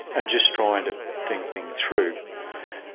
and just trying to think things through.